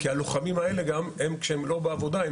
כי הלוחמים האלה כשהם לא בעבודה הם